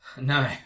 No